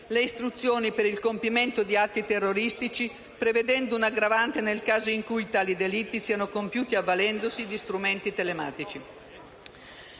le istruzioni per il compimento di atti terroristici, prevedendo un'aggravante nel caso in cui tali delitti siano compiuti avvalendosi di strumenti telematici.